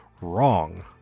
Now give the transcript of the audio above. Wrong